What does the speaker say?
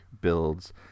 builds